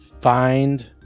find